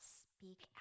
speak